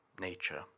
nature